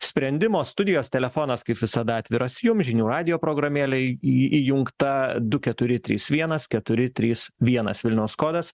sprendimo studijos telefonas kaip visada atviras jum žinių radijo programėlėj įjungta du keturi trys vienas keturi trys vienas vilniaus kodas